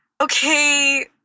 okay